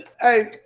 hey